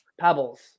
Pebbles